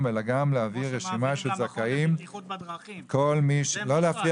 אתם שייכים לבריאות והם לא עם